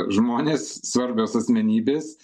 žmonės svarbios asmenybės